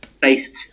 based